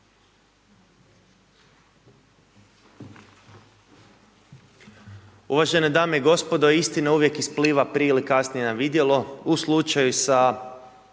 Uvažene dame i gospodo. Istina uvijek ispliva, prije ili kasnije, na vidjelo, u slučaju sa